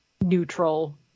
neutral